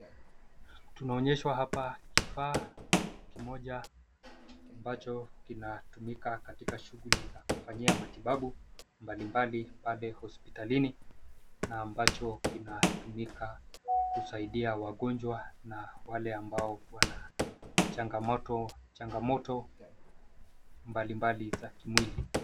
Tunaonyeshwa hapa kifaa kimoja amabacho kinatumika katika shughuli za kufanyia matibabu mbali mbali pale hospitalini na ambacho kinatumika kusaidia wagonjwa na wale ambao wana changamoto mbali mbali za kimwili.